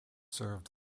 served